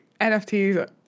NFTs